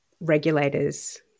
regulators